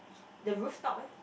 the rooftop leh